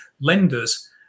lenders